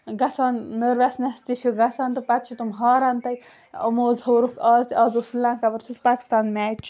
گژھان نٔروَس نٮ۪س تہِ چھِ گژھان تہٕ پَتہٕ چھِ تِم ہاران تَتہِ یِمو حظ ہوٚرُکھ اَز تہِ اَز اوس سری لنٛکا ؤرسِز پاکِستان میچ